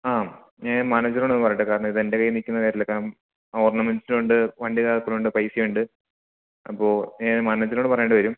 അം ഞാന് മാനേജരിനോടൊന്നു പറയട്ടെ കാരണം ഇതെന്റെ കയ്യില് നില്ക്കുന്ന കാര്യമല്ല കാരണം ആ ഓര്ണമെന്റ്സും ഉണ്ട് വണ്ടി താക്കോലുണ്ട് പൈസയുണ്ട് അപ്പോള് ഏ മാനേജറിനോട് പറയേണ്ടിവരും